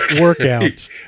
workout